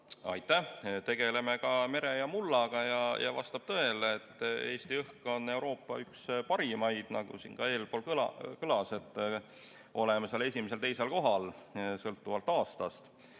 Aitäh! Tegeleme ka mere ja mullaga. Ja vastab tõele, et Eesti õhk on Euroopa üks parimaid. Nagu siin eespool kõlas, oleme esimesel-teisel kohal sõltuvalt aastast.